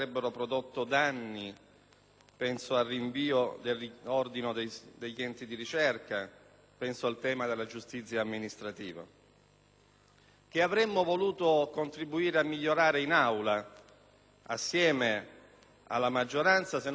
penso al rinvio del riordino degli enti di ricerca e al tema della giustizia amministrativa. Avremmo voluto contribuire a migliorarlo in Aula, assieme alla maggioranza, se non fosse intervenuto